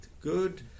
good